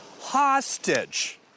hostage